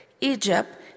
Egypt